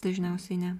dažniausiai ne